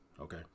okay